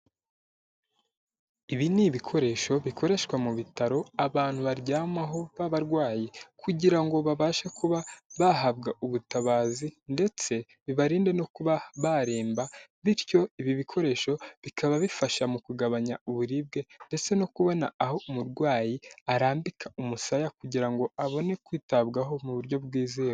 Ibi ni ibikoresho bikoreshwa mu bitaro abantu baryamaho babarwayi, kugira ngo babashe kuba bahabwa ubutabazi ndetse bibarinde no kuba baremba, bityo ibi bikoresho bikaba bifasha mu kugabanya uburibwe ndetse no kubona aho umurwayi arambika umusaya, kugira ngo abone kwitabwaho mu buryo bwizewe.